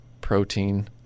protein